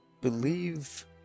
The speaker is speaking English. believe